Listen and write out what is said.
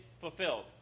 fulfilled